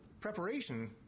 preparation